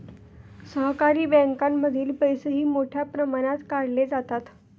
सहकारी बँकांमधील पैसेही मोठ्या प्रमाणात काढले जातात